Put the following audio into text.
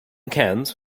cans